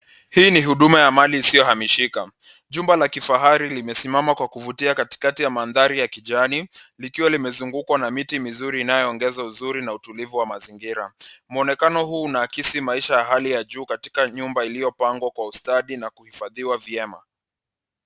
Hii ni huduma ya mali isiyohamishika. Jumba la kifahari limesimama kwa kuvutia katikati ya mandhari ya kijani, likiwa limezungukwa na miti mizuri inayoongeza uzuri na utulivu wa mazingira. Mwonekano huu unaakisi maisha ya hali ya juu katika nyumba iliyopangwa kwa ustadi na kuhifadhiwa vyema.